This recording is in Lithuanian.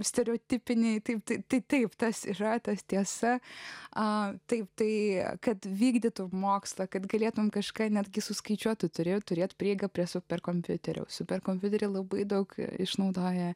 stereotipiniai taip tai tik taip tas yra tas tiesa a taip tai kad vykdytų mokslą kad galėtumei kažką netgi suskaičiuoti turėjo turėti prieigą prie superkompiuterio superkompiuterį labai daug išnaudoja